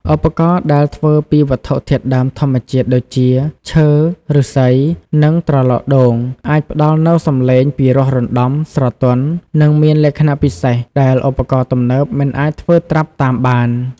ឧបករណ៍ដែលធ្វើពីវត្ថុធាតុដើមធម្មជាតិដូចជា ឈើ ឫស្សី និងត្រឡោកដូង អាចផ្តល់នូវសំឡេងពីរោះរណ្ដំ ស្រទន់ និងមានលក្ខណៈពិសេស ដែលឧបករណ៍ទំនើបមិនអាចធ្វើត្រាប់តាមបាន។